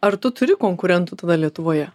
ar tu turi konkurentų tada lietuvoje